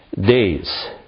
days